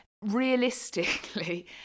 realistically